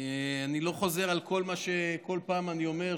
אני לא חוזר על כל מה שכל פעם אני אומר,